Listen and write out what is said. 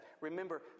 Remember